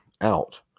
out